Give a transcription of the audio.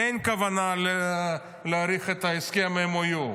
אין כוונה להאריך את הסכם ה-MOU.